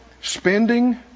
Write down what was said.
spending